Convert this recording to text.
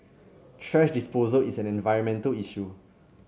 thrash disposal is an environmental issue